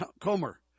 Comer